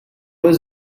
was